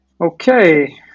okay